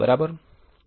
બરાબર